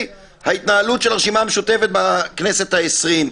ההתנהלות של הרשימה המשותפת בכנסת העשרים.